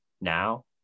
now